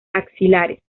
axilares